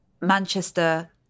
Manchester